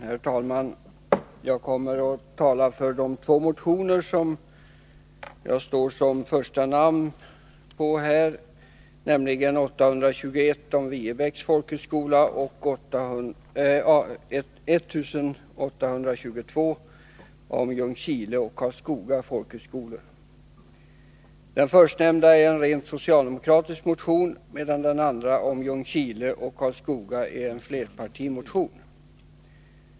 Herr talman! Jag kommer att tala för de två motioner på vilka jag står som första namn, nämligen 1821 om Viebäcks folkhögskola och 1822 om Ljungskile och Karlskoga folkhögskolor. Den förstnämnda är en rent socialdemokratisk motion, medan den andra om folkhögskolorna i Ljungskile, och Karlskoga, är en flerpartimotion.